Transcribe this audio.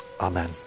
Amen